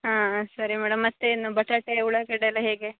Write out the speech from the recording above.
ಹಾಂ ಸರಿ ಮೇಡಮ್ ಮತ್ತೆ ಏನು ಬಟಾಟೆ ಉಳ್ಳಾಗಡ್ಡೆ ಎಲ್ಲ ಹೇಗೆ